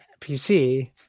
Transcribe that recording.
PC